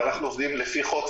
אבל אנחנו עובדים לפי חוק.